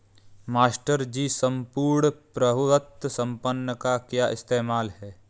Master ji सम्पूर्ण प्रभुत्व संपन्न का क्या इस्तेमाल है?